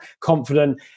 confident